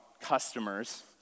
customers